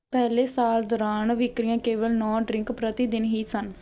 ਪਹਿਲੇ ਸਾਲ ਦੌਰਾਨ ਵਿਕਰੀਆਂ ਕੇਵਲ ਨੌ ਡ੍ਰਿੰਕ ਪ੍ਰਤੀ ਦਿਨ ਹੀ ਸਨ